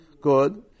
Good